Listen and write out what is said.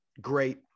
great